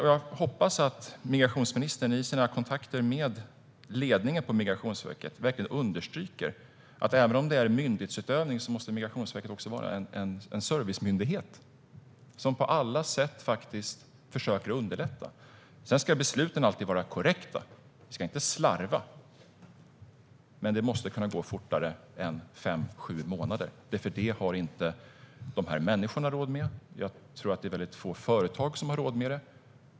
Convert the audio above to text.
Jag hoppas att migrationsministern i sina kontakter med ledningen på Migrationsverket verkligen understryker att Migrationsverket i sin myndighetsutövning också måste vara en servicemyndighet som på alla sätt försöker underlätta. Sedan ska besluten alltid vara korrekta. Man ska inte slarva. Men det måste kunna gå fortare än fem till sju månader, för det har inte de här människorna råd med. Jag tror också att det är få företag som har råd med det.